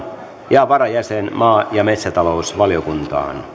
ja varajäsen maa ja metsätalousvaliokuntaan